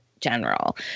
general